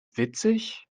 witzig